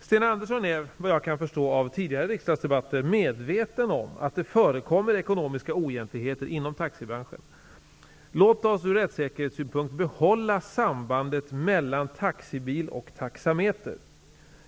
Sten Andersson är, vad jag kan förstå av tidigare riksdagsdebatter, medveten om att det förekommer ekonomiska oegentligheter inom taxibranschen. Låt oss från rättssäkerhetssynpunkt behålla sambandet mellan taxibil och taxameter!